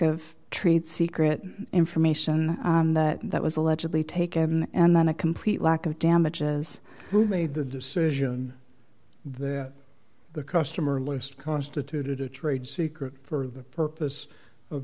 of trade secret information that was allegedly taken and then a complete lack of damages who made the decision that the customer list constituted a trade secret for the purpose of